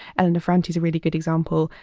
and and ferrante is a really good example.